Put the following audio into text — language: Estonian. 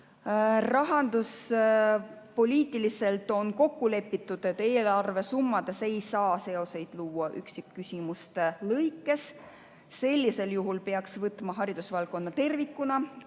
Rahanduspoliitiliselt on kokku lepitud, et eelarvesummades ei saa seoseid luua üksikküsimuste lõikes. Sellisel juhul peaks vaatama haridusvaldkonda tervikuna.